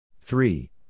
Three